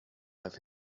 have